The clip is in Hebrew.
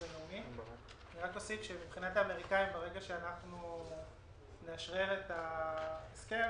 אני אוסיף שמבחינת האמריקאים ברגע שאנחנו נאשרר את ההסכם,